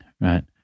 right